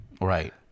Right